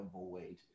avoid